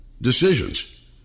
decisions